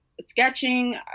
sketching